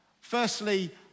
firstly